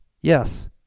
yes